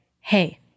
hey